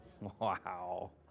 Wow